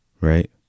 Right